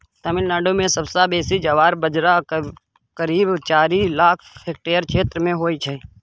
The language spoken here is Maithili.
तमिलनाडु मे सबसँ बेसी ज्वार बजरा करीब चारि लाख हेक्टेयर क्षेत्र मे होइ छै